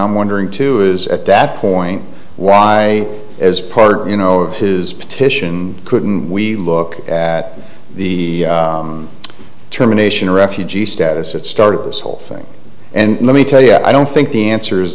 i'm wondering too is at that point why as part you know of his petition couldn't we look at the terminations refugee status that started this whole thing and let me tell you i don't think the answer